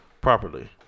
properly